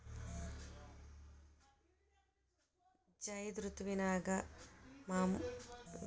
ಝೈದ್ ಋತುವಿನಾಗ ಮಾಮೂಲಾಗಿ ಯಾವ್ಯಾವ ಹಣ್ಣುಗಳನ್ನ ಬೆಳಿತಾರ ರೇ?